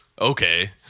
Okay